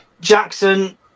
Jackson